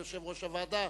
יושב-ראש הוועדה,